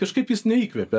kažkaip jis neįkvepia